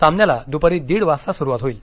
सामन्याला दुपारी दिड वाजता सुरुवात होईल